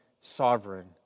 sovereign